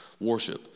worship